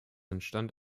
entstand